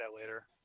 later